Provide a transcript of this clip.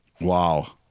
wow